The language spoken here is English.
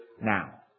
now